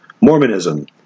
Mormonism